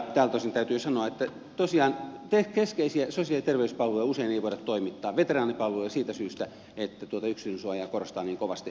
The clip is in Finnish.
tältä osin täytyy sanoa että tosiaan keskeisiä sosiaali ja terveyspalveluja usein ei voida toimittaa veteraanipalveluja siitä syystä että tuota yksityisyydensuojaa korostetaan niin kovasti